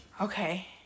okay